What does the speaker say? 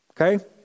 Okay